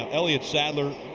um elliott sadler,